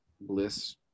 bliss